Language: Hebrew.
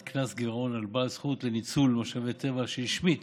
קנס גירעון על בעל זכות לניצול משאבי טבע שהשמיט